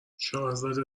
شاهزاده